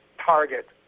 target